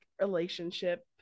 relationship